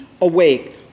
Awake